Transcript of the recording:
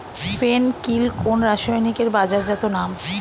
ফেন কিল কোন রাসায়নিকের বাজারজাত নাম?